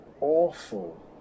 awful